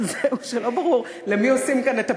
זהו, שלא ברור למי עושים כאן את הפחחות.